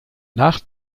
nach